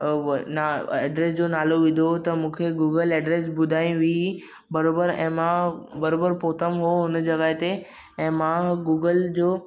अ आ ना एड्रेस जो नालो विधो त मूंखे गुगल एड्रेस ॿुधाई हुई बरोबरु ऐं मां बरोबरु पहुतमि पोइ हुन जॻहि ते मां गुगल जो